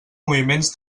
moviments